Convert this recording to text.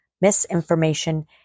misinformation